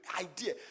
idea